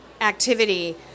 activity